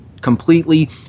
completely